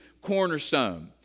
cornerstone